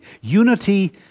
Unity